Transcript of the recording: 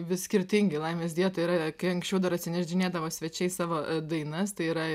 vis skirtingi laimės dietoj yra kai anksčiau dar atsinešdinėdavo svečiai savo dainas tai yra